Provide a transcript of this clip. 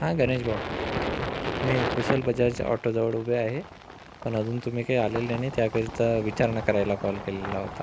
हा गणेशभाऊ मी कुशल बजाज ऑटोजवळ उभे आहे पण अजून काही तुम्ही आलेले नाही त्याकरिता विचारणा करायला कॉल केलेला होता